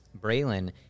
Braylon